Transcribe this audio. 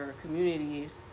communities